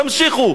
תמשיכו.